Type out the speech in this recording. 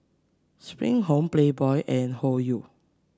Spring Home Playboy and Hoyu